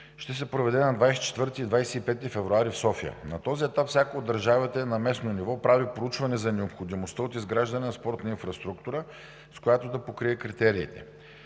ще се проведе на 24 и 25 февруари в София. На този етап всяка от държавите на местно ниво прави проучване за необходимостта от изграждане на спортна инфраструктура, с която да покрие критериите.